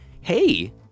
hey